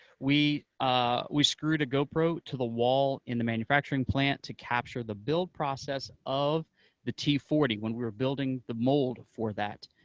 we ah we screwed a gopro to the wall in the manufacturing plant to capture the build process of the t four zero when we were building the mold for that,